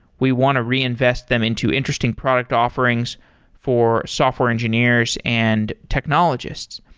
we want to reinvest them into interesting product offerings for software engineers and technologists.